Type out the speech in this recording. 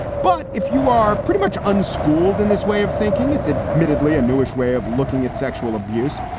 but if you are pretty much unschooled in this way of thinking, it's admittedly a newish way of looking at sexual abuse.